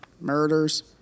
murders